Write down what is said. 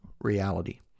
reality